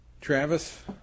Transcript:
travis